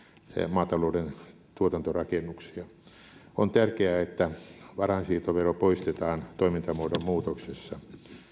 maatalouden tuotantorakennuksia on tärkeää että varainsiirtovero poistetaan tuomintamuodon muutoksessa